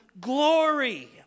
glory